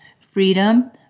Freedom